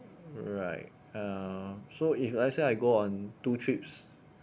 right uh so if let's say I go on two trips